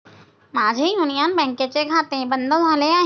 माझे युनियन बँकेचे खाते बंद झाले आहे